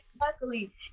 Luckily